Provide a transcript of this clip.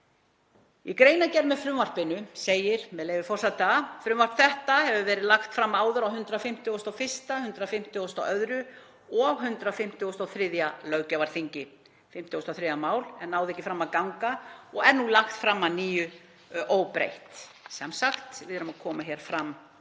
Í greinargerð með frumvarpinu segir, með leyfi forseta: Frumvarp þetta var lagt fram á 151., 152. og 153. löggjafarþingi (53. mál) en náði ekki fram að ganga og er nú lagt fram að nýju óbreytt. Sem sagt, við erum að koma fram